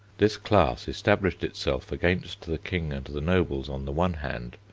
this class established itself against the king and the nobles on the one hand,